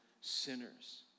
sinners